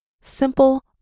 simple